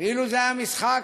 ואילו זה היה משחק,